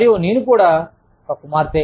మరియు నేను కూడా ఒక కుమార్తె